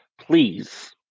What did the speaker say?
please